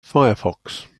firefox